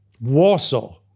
Warsaw